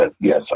yes